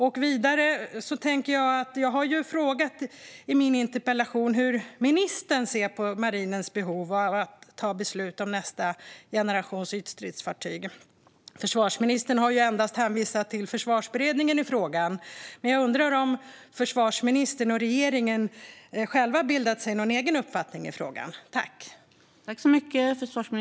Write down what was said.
I min interpellation har jag frågat hur ministern ser på marinens behov när det gäller beslut om nästa generation ytstridsfartyg. Försvarsministern har endast hänvisat till Försvarsberedningen i frågan, men jag undrar om försvarsministern och regeringen har bildat sig någon egen uppfattning i frågan.